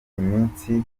iminsi